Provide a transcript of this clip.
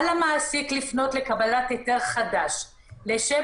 על המעסיק לפנות לקבלת היתר חדש לשם